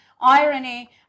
irony